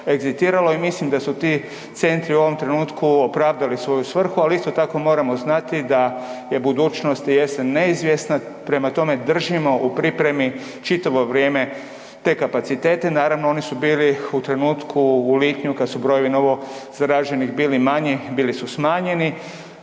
egzitiralo i mislim da su ti centri u ovom trenutku opravdali svoju svrhu, ali isto tako moramo znati da je budućnost i jesen neizvjesna, prema tome držimo u pripremi čitavo vrijeme te kapacitete. Naravno oni su bili u trenutku, u lipnju kad su brojevi novo zaraženih bili manji, bili su smanjeni,